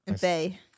bay